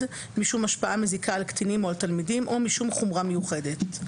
משום השפעה מזיקה על קטינים או על תלמידים או משום חומרה מיוחדת,